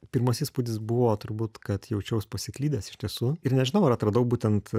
pirmas įspūdis buvo turbūt kad jaučiaus pasiklydęs iš tiesų ir nežinau ar atradau būtent